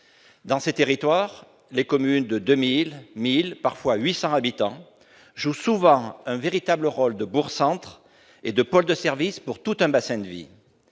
Dans ces territoires, des communes de 2 000, 1 000, parfois 800 habitants jouent souvent un véritable rôle de bourg-centre et de pôle de services pour tout un bassin de vie.